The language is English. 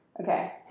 Okay